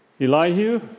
Elihu